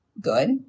good